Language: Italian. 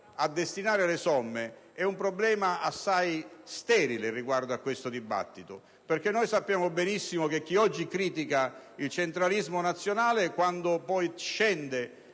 a destinare le somme è molto sterile riguardo a questo dibattito, perché sappiamo benissimo che chi oggi critica il centralismo nazionale, quando poi scende